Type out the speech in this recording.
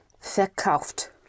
verkauft